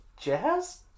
jazz